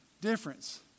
difference